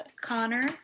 Connor